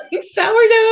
sourdough